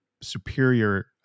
superior